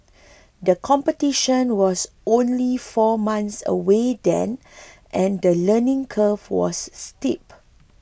the competition was only four months away then and the learning curve was steep